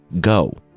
go